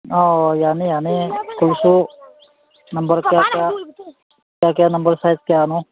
ꯑꯧ ꯌꯥꯅꯤ ꯌꯥꯅꯤ ꯁ꯭ꯀꯨꯜ ꯁꯨꯁ ꯅꯝꯕꯔ ꯀꯌꯥ ꯀꯌꯥ ꯀꯌꯥ ꯀꯌꯥ ꯅꯝꯕꯔ ꯁꯥꯏꯖ ꯀꯌꯥꯅꯣ